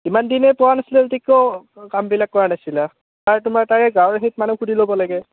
ইমান দিনে পোৱা নাছিলা যদি কিয় কামবিলাক কৰা নাছিলা তাৰ তোমাৰ তাৰে গাঁৱৰ মানুহ সুধি ল'ব লাগে